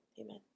Amen